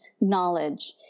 knowledge